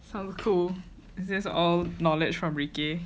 some cool that's all knowledge from ricky